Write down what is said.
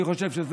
אני חושב,